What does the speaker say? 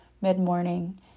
mid-morning